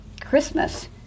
Christmas